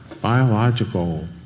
biological